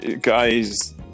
guys